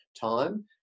time